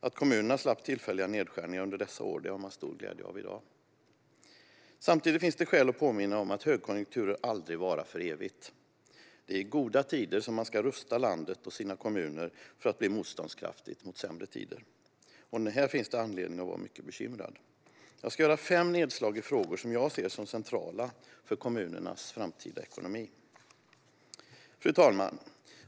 Att kommunerna slapp tillfälliga nedskärningar under dessa år har man stor glädje av i dag. Samtidigt finns det skäl att påminna om att högkonjunkturer aldrig varar för evigt. Det är i goda tider man ska rusta landet och kommunerna för att bli motståndskraftiga mot sämre tider. Här finns det anledning att vara mycket bekymrad. Jag ska göra fem nedslag i frågor jag som ser som centrala för kommunernas framtida ekonomi. Fru talman!